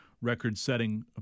record-setting